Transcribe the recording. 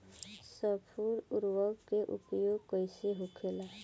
स्फुर उर्वरक के उपयोग कईसे होखेला?